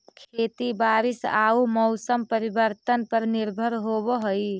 खेती बारिश आऊ मौसम परिवर्तन पर निर्भर होव हई